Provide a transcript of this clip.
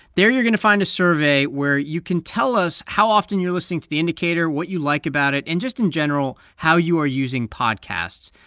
there you're going to find a survey where you can tell us how often you're listening to the indicator, what you like about it and, just in general, how you are using podcasts.